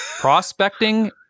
Prospecting